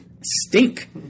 stink